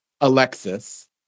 Alexis